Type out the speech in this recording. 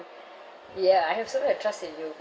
ya I have so little trust in you